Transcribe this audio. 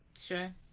Sure